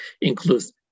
includes